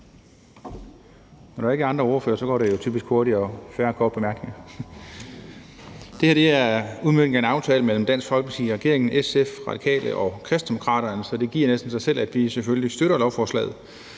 Når der ikke er flere ordførere, går det jo typisk hurtigere og der er færre korte bemærkninger. Det her er en udmøntning af en aftale mellem Dansk Folkeparti, regeringen, SF, Radikale og Kristendemokraterne, så det giver næsten sig selv, at vi selvfølgelig støtter lovforslaget.